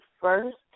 first